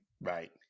Right